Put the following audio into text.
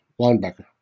linebacker